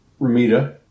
Ramita